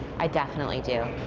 i definitely do.